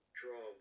draw